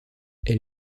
elle